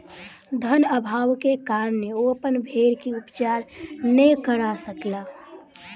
धन अभावक कारणेँ ओ अपन भेड़ के उपचार नै करा सकला